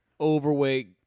overweight